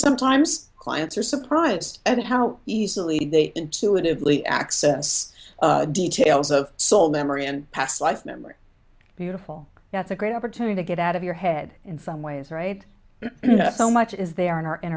sometimes clients are surprised at how easily they intuitively access details of soul memory and past life memories beautiful that's a great opportunity to get out of your head in some ways right so much as they are in our in